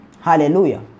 Hallelujah